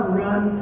run